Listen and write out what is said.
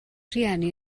rhieni